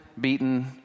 beaten